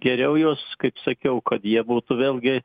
geriau juos kaip sakiau kad jie būtų vėlgi